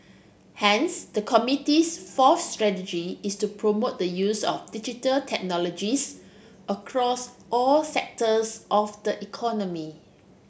hence the committee's fourth strategy is to promote the use of Digital Technologies across all sectors of the economy